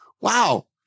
wow